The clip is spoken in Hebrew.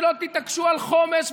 ולא תתעקשו על חומש,